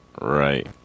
Right